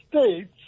States